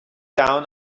down